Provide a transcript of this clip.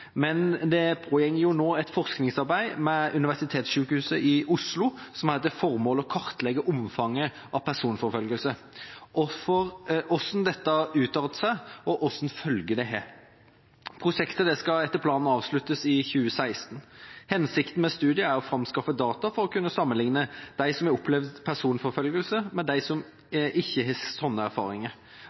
Men det pågår nå et forskningsarbeid ved Oslo universitetssykehus, som har til formål å kartlegge omfanget av personforfølgelse, hvordan dette utarter seg og hvilke følger det har. Prosjektet skal etter planen avsluttes i 2016. Hensikten med studien er å framskaffe data for å kunne sammenligne dem som har opplevd personforfølgelse med dem som ikke har slike erfaringer.